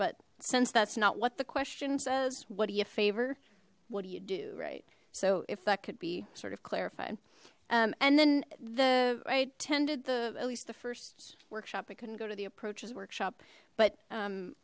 but since that's not what the question says what do you favor what do you do right so if that could be sort of clarified um and then the i attended the at least the first workshop i couldn't go to the approaches workshop but um